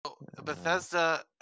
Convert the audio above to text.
Bethesda